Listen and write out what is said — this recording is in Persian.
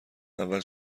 اول